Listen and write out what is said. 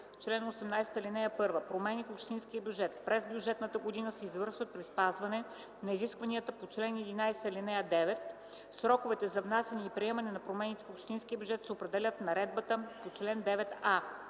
„Чл. 18. (1) Промени в общинския бюджет през бюджетната година се извършват при спазване на изискванията по чл. 11, ал. 9. Сроковете за внасяне и приемане на промените в общинския бюджет се определят в наредбата по чл. 9а.